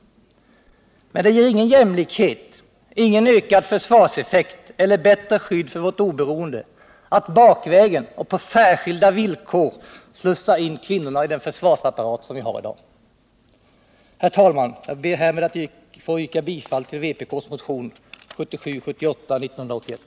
Men det ger ingen jämlikhet, ingen ökad försvarseffekt eller bättre skydd för vårt oberoende att bakvägen och på särskilda villkor slussa in kvinnor i den försvarsapparat vi har i dag. Herr talman! Jag ber att få yrka bifall till vpk:s motion 1977/78:1981.